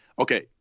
Okay